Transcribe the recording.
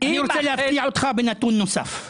אני רוצה להפתיע אותך בנתון נוסף.